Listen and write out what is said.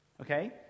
okay